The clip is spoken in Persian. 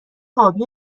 ابی